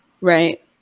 right